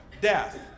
death